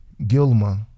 Gilma